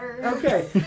Okay